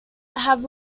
have